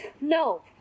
No